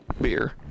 beer